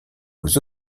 aux